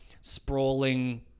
sprawling